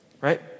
right